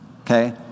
okay